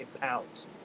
pounds